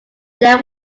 there